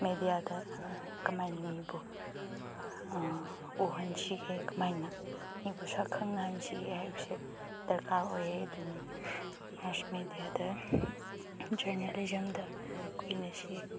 ꯃꯦꯀꯤꯌꯥꯗ ꯀꯃꯥꯏꯅ ꯃꯤꯕꯨ ꯎꯍꯟꯁꯤꯒꯦ ꯀꯃꯥꯏꯅ ꯃꯤꯕꯨ ꯁꯛ ꯈꯪꯅꯍꯟꯁꯤꯒꯦ ꯍꯥꯏꯕꯁꯦ ꯗꯔꯀꯥꯔ ꯑꯣꯏꯌꯦ ꯑꯗꯨꯅꯤ ꯃꯥꯁ ꯃꯦꯗꯤꯌꯥꯗ ꯖꯔꯅꯦꯂꯤꯖꯝꯗ ꯑꯩꯈꯣꯏꯅ ꯁꯤ